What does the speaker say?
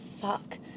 fuck